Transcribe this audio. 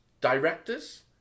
directors